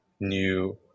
new